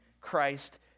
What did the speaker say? Christ